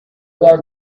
down